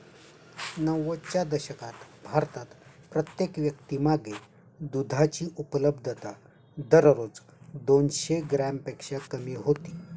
नव्वदच्या दशकात भारतात प्रत्येक व्यक्तीमागे दुधाची उपलब्धता दररोज दोनशे ग्रॅमपेक्षा कमी होती